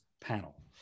panel